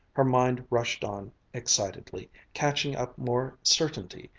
her mind rushed on excitedly, catching up more certainty,